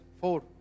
four